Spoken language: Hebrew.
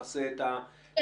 כן.